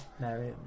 Mary